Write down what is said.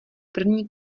první